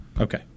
Okay